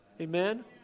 Amen